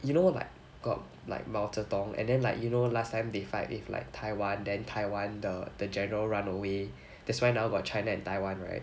you know like got like 毛泽东 and then like you know last time they fight with like taiwan then taiwan the the general run away that's why now got china and taiwan right